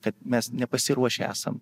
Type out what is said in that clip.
kad mes nepasiruošę esam